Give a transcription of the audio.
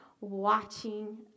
watching